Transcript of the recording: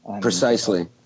Precisely